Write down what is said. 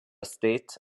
state